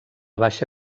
baixa